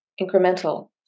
incremental